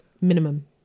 minimum